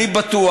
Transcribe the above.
אני בטוח,